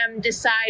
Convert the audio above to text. decide